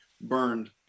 burned